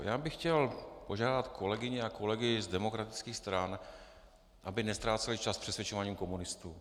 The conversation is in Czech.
Já bych chtěl požádat kolegyně a kolegy z demokratických stran, aby neztráceli čas přesvědčováním komunistů.